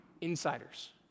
insiders